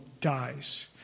dies